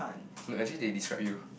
no as if they describe you